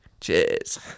Cheers